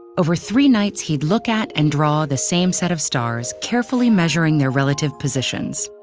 over three nights, he'd look at and draw the same set of stars, carefully measuring their relative positions.